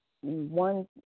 one